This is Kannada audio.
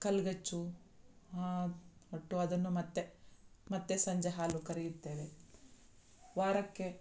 ಕಲಗಚ್ಚು ಕೊಟ್ಟು ಅದನ್ನು ಮತ್ತೆ ಮತ್ತೆ ಸಂಜೆ ಹಾಲು ಕರೆಯುತ್ತೇವೆ ವಾರಕ್ಕೆ